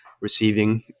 receiving